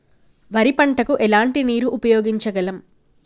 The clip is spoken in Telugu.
వరి పంట కు ఎలాంటి నీరు ఉపయోగించగలం?